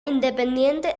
independiente